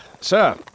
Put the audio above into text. Sir